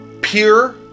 pure